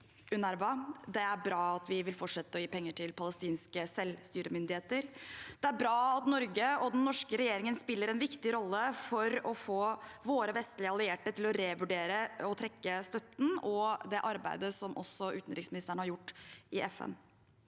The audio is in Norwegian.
UNRWA. Det er bra at vi vil fortsette å gi penger til palestinske selvstyremyndigheter. Det er bra at Norge og den norske regjeringen spiller en viktig rolle for å få våre vestlige allierte til å revurdere å trekke støtten, og det arbeidet som også utenriksministeren har gjort i FN,